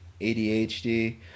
ADHD